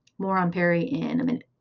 more on perry in a minute.